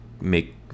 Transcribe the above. make